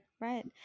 right